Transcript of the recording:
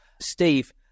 Steve